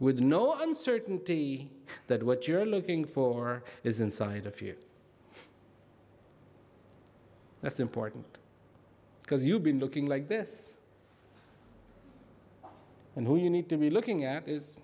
with no uncertainty that what you're looking for is inside of you that's important because you've been looking like this and who you need to be looking at is